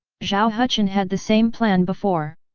zhao hucheng had the same plan before.